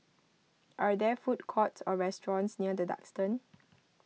are there food courts or restaurants near the Duxton